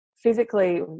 physically